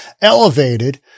elevated